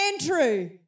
Andrew